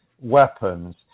weapons